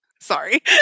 Sorry